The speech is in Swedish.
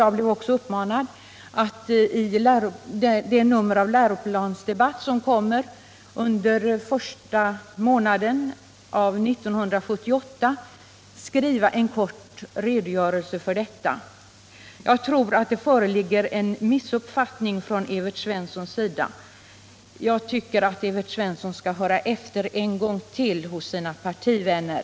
Jag blev även uppmanad att i det nummer av Läroplansdebatt = i religionskunskap i som kommer ut under första månaden 1978 skriva en kort redogörelse — grundskolan för detta. Jag tror att Evert Svensson har missuppfattat det hela, och jag tycker att han skall höra efter en gång till hos sina partivänner.